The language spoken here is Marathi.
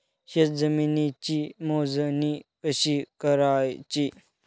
शेत जमिनीची मोजणी कशी करायची?